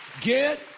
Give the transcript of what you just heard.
Get